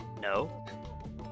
No